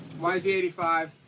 YZ85